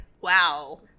wow